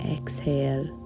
exhale